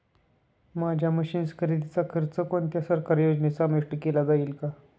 माझ्या मशीन्स खरेदीचा खर्च कोणत्या सरकारी योजनेत समाविष्ट केला जाईल का?